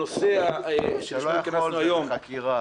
אתה לא יכול, זה בחקירה.